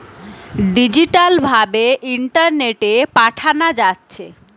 digital ভাবে ইন্টারনেটে পাঠানা যাচ্ছে